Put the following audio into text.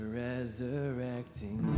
resurrecting